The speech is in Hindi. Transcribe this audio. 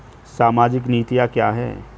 सामाजिक नीतियाँ क्या हैं?